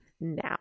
now